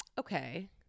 okay